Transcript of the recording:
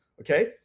okay